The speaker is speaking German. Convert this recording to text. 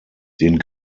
den